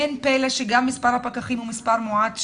אין פלא שגם מספר הפקחים הוא מספר מועט,